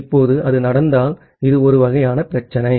இப்போது அது நடந்தால் இது ஒரு வகையான பிரச்சினை